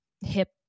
hip